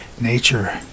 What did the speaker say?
nature